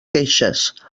queixes